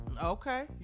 Okay